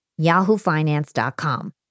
yahoofinance.com